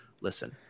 listen